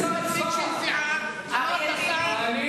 נציג של סיעה אמר לשר שיצביע בעד, נכון, שוחד.